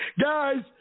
Guys